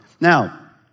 Now